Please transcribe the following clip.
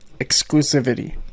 exclusivity